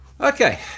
okay